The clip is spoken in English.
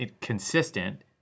consistent